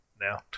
now